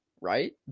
right